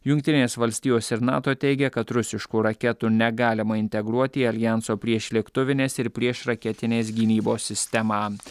jungtinės valstijos ir nato teigia kad rusiškų raketų negalima integruoti į aljanso priešlėktuvinės ir priešraketinės gynybos sistemą